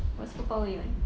what superpower you want